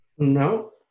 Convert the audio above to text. No